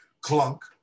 clunk